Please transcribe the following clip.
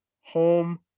Home